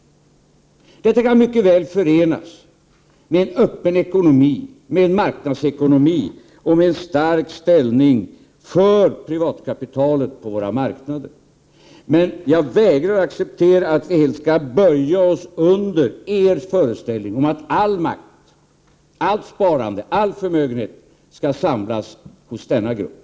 Detta kan mycket väl förenas med en öppen ekonomi, med en marknadsekonomi och med en stark ställning för privatkapitalet på våra marknader. Men jag vägrar att acceptera att vi helt skall böja oss under er föreställning om att all makt, allt sparande, all förmögenhet skall samlas hos denna grupp.